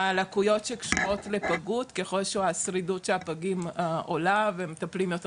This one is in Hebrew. לקויות שקשורות לפגות ככל שהשרידות של הפגים עולה ומטפלים יותר